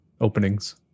openings